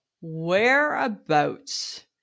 Whereabouts